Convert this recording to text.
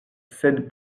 sed